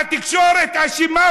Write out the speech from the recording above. והתקשורת אשמה,